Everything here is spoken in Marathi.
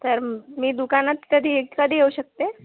तर मी दुकानात कधी कधी येऊ शकते